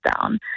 down